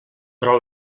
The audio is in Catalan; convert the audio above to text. però